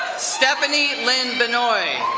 stephanie lynn binoy.